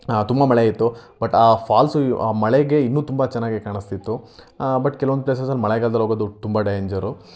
ತುಂಬ ಮಳೆ ಇತ್ತು ಬಟ್ ಆ ಫಾಲ್ಸು ಆ ಮಳೆಗೆ ಇನ್ನೂ ತುಂಬ ಚೆನ್ನಾಗೆ ಕಾಣಿಸ್ತಿತ್ತು ಬಟ್ ಕೆಲವೊಂದು ಪ್ಲೇಸಸಲ್ಲಿ ಮಳೆಗಾಲ್ದಲ್ಲಿ ಹೋಗೋದು ತುಂಬ ಡೇಂಜರು